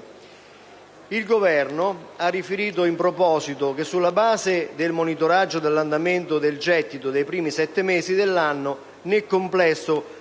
2012. Il Governo ha riferito in proposito che, sulla base del monitoraggio dell'andamento del gettito nei primi sette mesi dell'anno, nel complesso le